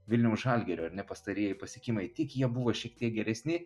vilniaus žalgirio ar ne pastarieji pasiekimai tik jie buvo šiek tiek geresni